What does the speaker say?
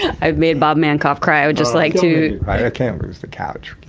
i've made bob mankoff cry. i would just like to i can't lose the couch,